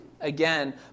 again